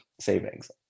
savings